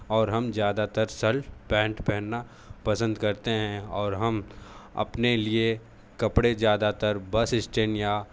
और हम ज़्यादातर शर्ट पैंट पहनना पसंद करते हैं और हम अपने लिए कपड़े ज़्यादातर बस स्टैंड या